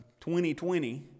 2020